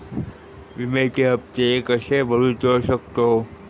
विम्याचे हप्ते कसे भरूचो शकतो?